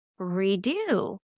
redo